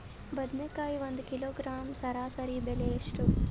ಬದನೆಕಾಯಿ ಒಂದು ಕಿಲೋಗ್ರಾಂ ಸರಾಸರಿ ಬೆಲೆ ಎಷ್ಟು?